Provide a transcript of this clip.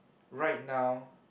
right now